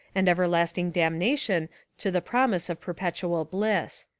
and ever lasting damnation to the promise of perpetual bliss.